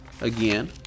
Again